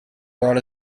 brought